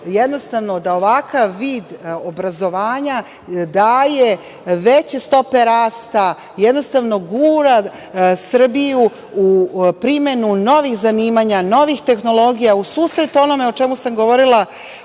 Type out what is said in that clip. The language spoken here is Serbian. jednostavno da ovakav vid obrazovanja daje veće stope rasta, jednostavno gura Srbiju u primenu novih zanimanja, novih tehnologija, u susret onome, o čemu sam govorila